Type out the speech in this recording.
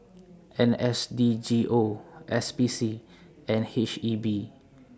N S D G O S P C and H E B